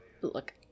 look